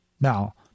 Now